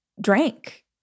drank